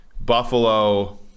buffalo